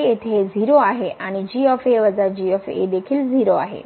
येथे हे 0 आहे आणि देखील 0 आहे